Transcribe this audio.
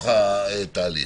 בתוך התהליך.